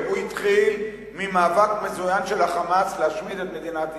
הוא התחיל ממאבק מזוין של ה"חמאס" להשמיד את מדינת ישראל,